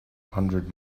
hundred